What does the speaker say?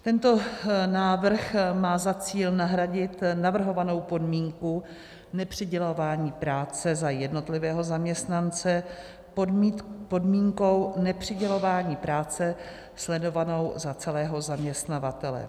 Tento návrh má za cíl nahradit navrhovanou podmínku nepřidělování práce za jednotlivého zaměstnance podmínkou nepřidělování práce sledovanou za celého zaměstnavatele.